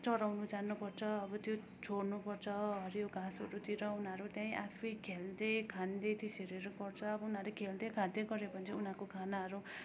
चराउनु जान्नुपर्छ अब त्यो छोड्नुपर्छ हरियो घाँसहरूतिर उनीहरू त्यहीँ आफै खेल्दै खाँदै त्यसरीहरू गर्छ अब उनीहरूले खेल्दै खाँदै गर्यो भने चाहिँ उनीहरूको खाना